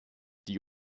die